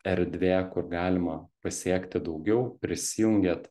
erdvė kur galima pasiekti daugiau prisijungėt